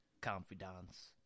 confidants